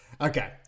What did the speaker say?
Okay